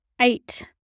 Eight